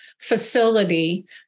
facility